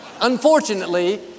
Unfortunately